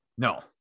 No